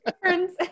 Friends